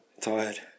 Tired